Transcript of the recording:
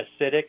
acidic